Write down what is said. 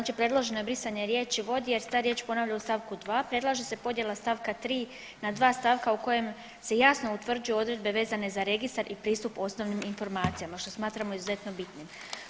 U st. 1. predloženo je brisanje riječi vodi jer se ta riječ ponavlja u st. 2. predlaže se podjela st. 3. na dva stavka u kojem se jasno utvrđuju odredbe vezane za registar i pristup osnovnim informacijama, što smatramo izuzetno bitnim.